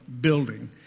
building